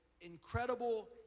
incredible